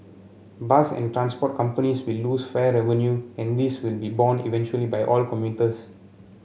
bus and transport companies will lose fare revenue and this will be borne eventually by all commuters